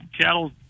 cattle